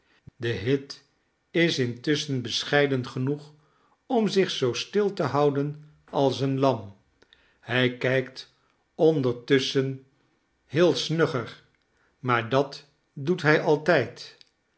de hit is intusschen bescheiden genoeg om zich zoo stil te houden als een lam hij kijkt ondertusschen heel snugger maar dat doet hij altijd